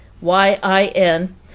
Y-I-N